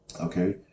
okay